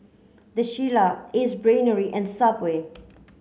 the Shilla Ace Brainery and Subway